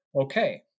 okay